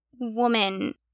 woman